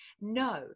no